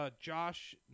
Josh